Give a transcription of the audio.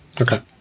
Okay